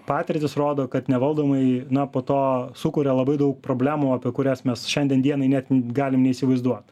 patirtys rodo kad nevaldomai na po to sukuria labai daug problemų apie kurias mes šiandien dienai net galime neįsivaizduot